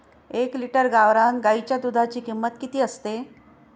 एक लिटर गावरान गाईच्या दुधाची किंमत किती असते?